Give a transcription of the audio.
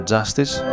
Justice